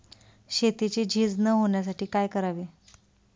शेतीची झीज न होण्यासाठी काय करावे?